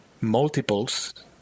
multiples